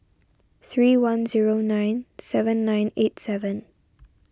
three one zero nine seven nine eight seven